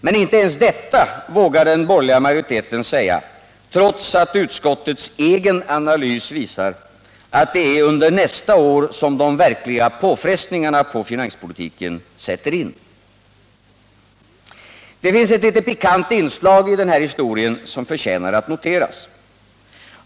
Men inte ens detta vågar den borgerliga majoriteten säga, trots att utskottets egen analys visar att det är under nästa år som de verkliga påfrestningarna på finanspolitiken sätter in. Det finns ett litet pikant inslag i den här historien, som förtjänar att noteras.